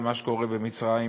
מה שקורה בסוריה,